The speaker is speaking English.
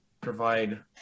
provide